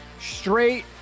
straight